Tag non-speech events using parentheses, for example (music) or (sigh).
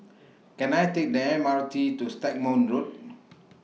Can I Take The M R T to Stagmont Road (noise)